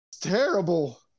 terrible